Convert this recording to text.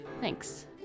Thanks